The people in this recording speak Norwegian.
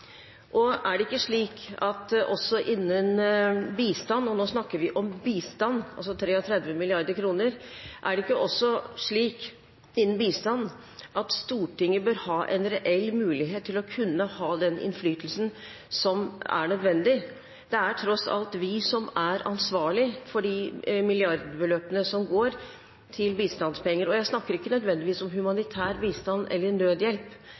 prosjektet. Er det ikke slik at også innen bistand – og nå snakker vi om bistand, altså 33 mrd. kr – bør Stortinget ha en reell mulighet til å kunne ha den innflytelsen som er nødvendig? Det er tross alt vi som er ansvarlig for de milliardbeløpene som går til bistand. Jeg snakker ikke nødvendigvis om humanitær bistand eller nødhjelp,